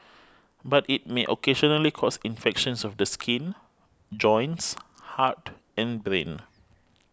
but it may occasionally cause infections of the skin joints heart and brain